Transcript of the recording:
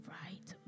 right